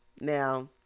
Now